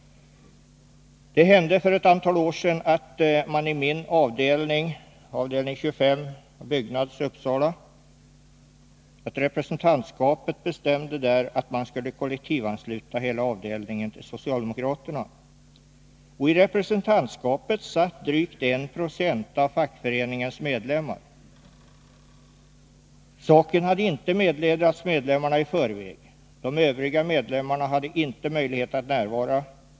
Det hände för ett antal år sedan att man i min avdelnings representantskap — Byggnads avdelning 25 i Uppsala — bestämde att man skulle kollektivansluta hela avdelningen till socialdemokratiska partiet. I representantskapet satt drygt 1 96 av fackföreningens medlemmar. Saken hade inte meddelats medlemmarna i förväg. De övriga medlemmarna hade inte möjlighet att närvara.